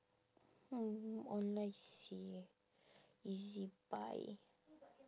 oh online seh ezbuy